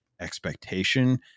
expectation